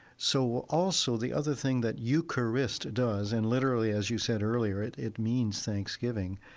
so also the other thing that eucharist does and literally, as you said earlier, it it means thanksgiving